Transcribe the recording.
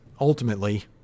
ultimately